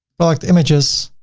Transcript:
product images,